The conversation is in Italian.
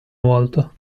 volto